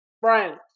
Brian